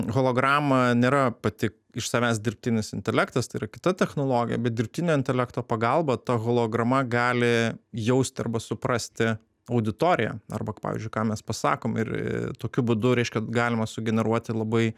holograma nėra pati iš savęs dirbtinis intelektas tai yra kita technologija bet dirbtinio intelekto pagalba ta holograma gali jausti arba suprasti auditoriją arba pavyzdžiui ką mes pasakom ir tokiu būdu reiškia galima sugeneruoti labai